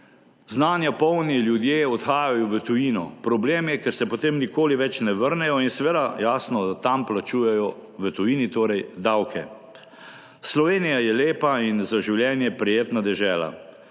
znanja polni ljudje odhajajo v tujino. Problem je, ker se potem nikoli več ne vrnejo in seveda, jasno, tam plačujejo, v tujini torej, davke. Slovenija je lepa in za življenje prijetne dežela.